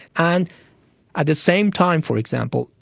and at the same time for example,